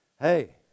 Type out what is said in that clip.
hey